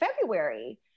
February